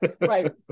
right